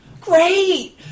Great